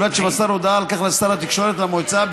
ובלבד שמסר הודעה על כך לשר התקשורת ולמועצה.